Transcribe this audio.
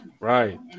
Right